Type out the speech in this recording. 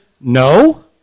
no